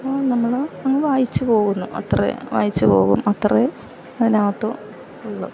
നമ്മൾ അങ്ങ് വായിച്ചു പോകുന്നു അത്രയേ വായിച്ചു പോകും അത്രയേ അതിനകത്ത് ഉള്ളൂ